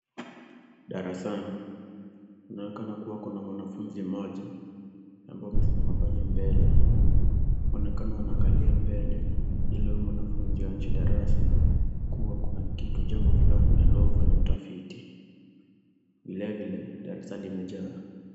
Darasani, kunaonekana kuwa kuna mwanafunzi mmoja ambaye amesimama pale mbele. Wanaonekana wanaangalia mbele ili yule mwanafunzi aonyeshe darasa kuwa kuna jambo fulani anayofanya utafiti. Vile vile darasa limejaa.